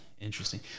interesting